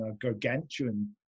gargantuan